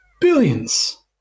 billions